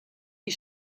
die